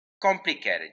complicated